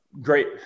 Great